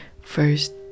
First